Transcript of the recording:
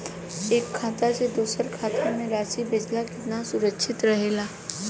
एक खाता से दूसर खाता में राशि भेजल केतना सुरक्षित रहेला?